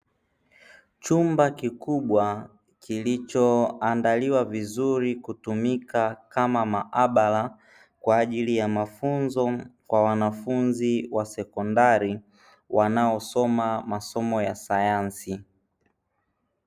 Chumba kikubwa kilichoandaliwa vizuri kutumika kama maabara kwa ajili ya mafunzo kwa wanafunzi wa sekondari, wanaosoma masomo ya sayansi.